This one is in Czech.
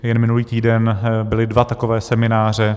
Jen minulý týden byly dva takové semináře.